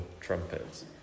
trumpets